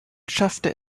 schaffte